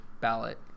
ballot